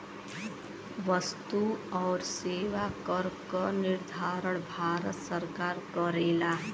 वस्तु आउर सेवा कर क निर्धारण भारत सरकार करेला